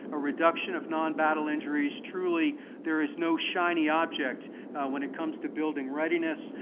a reduction of non-battle injuries, truly there is no shiny object when it comes to building readiness.